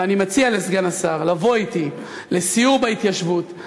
ואני מציע לסגן השר לבוא אתי לסיור בהתיישבות,